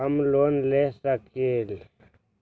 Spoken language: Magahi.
हम लोन ले सकील?